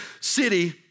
city